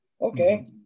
Okay